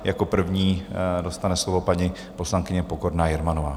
Jako první dostane slovo paní poslankyně Pokorná Jermanová.